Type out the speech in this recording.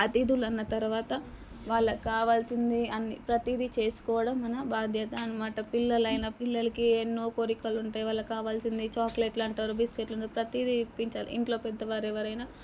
అతిథులన్న తర్వాత వాళ్ళకి కావాల్సింది అన్ని ప్రతీది చేసుకోవడం మన బాధ్యత అనమాట పిల్లలైనా పిల్లలకి ఎన్నో కోరికలు ఉంటాయి వాళ్ళకి కావాల్సింది చాకోలెట్లనీ బిస్కట్లనీ ప్రతిదీ ఇప్పించాలి ఇంట్లో పెద్దవారు ఎవరైనా